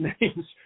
names